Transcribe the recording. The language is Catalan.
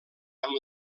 amb